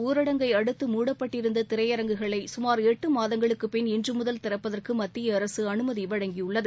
ஊரடங்கை அடுத்து மூடப்பட்டிருந்த திரையரங்குகளை கமார் எட்டு மாதங்களுக்குப் பின் இன்று முதல் திறப்பதற்கு மத்திய அரசு அனுமதி வழங்கியுள்ளது